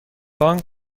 بانک